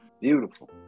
beautiful